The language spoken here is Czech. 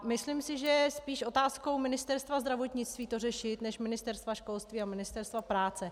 Myslím si, že je spíš otázkou Ministerstva zdravotnictví to řešit než Ministerstva školství a Ministerstva práce.